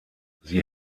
sie